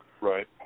Right